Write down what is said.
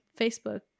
Facebook